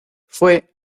fue